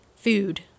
food